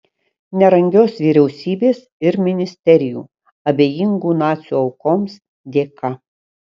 nerangios vyriausybės ir ministerijų abejingų nacių aukoms dėka